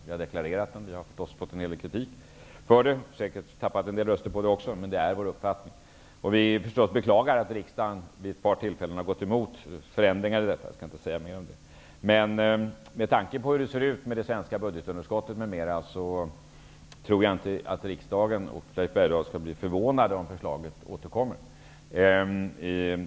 Det har vi deklarerat, fått en del kritik för och säkert tappat en del röster på, men det är vår uppfattning. Vi beklagar förstås att riksdagen vid ett par tillfällen gått emot förändringar i detta -- jag skall inte säga mer om det. Med tanke på hur det ser ut med det svenska budgetunderskottet m.m. tror jag inte att riksdagen och Leif Bergdahl behöver bli förvånade om förslaget återkommer.